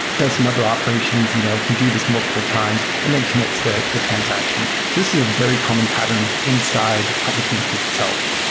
does some other operations, you know can do this multiple times and then commits the the transaction. this is a very common pattern inside applications itself.